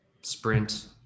sprint